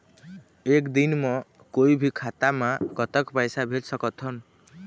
एक दिन म कोई भी खाता मा कतक पैसा भेज सकत हन?